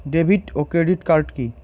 David ও credit card কি?